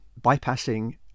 bypassing